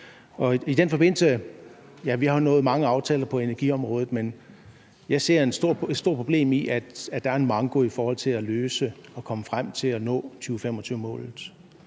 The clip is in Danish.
vi har jo nået mange aftaler på energiområdet, men jeg ser et stort problem i, at der er en manko i forhold til at løse det og komme frem til at nå 2025-målet.